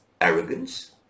arrogance